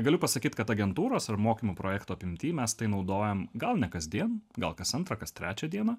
galiu pasakyt kad agentūros ar mokymų projektų apimty mes tai naudojam gal ne kasdien gal kas antrą kas trečią dieną